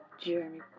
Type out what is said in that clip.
Jeremy